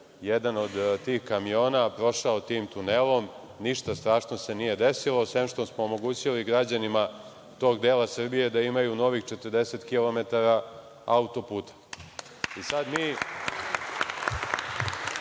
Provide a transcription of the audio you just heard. jedan od tih kamiona, prošao tim tunelom, ništa strašno se nije desilo, sem što smo omogućili građanima tog dela Srbije da imaju novih 40 kilometara autoputa. Sada